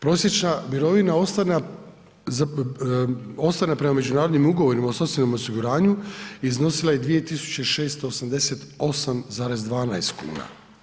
Prosječna mirovina ostvarena prema međunarodnim ugovorima o socijalnom osiguranju iznosila je 2.698,12 kuna.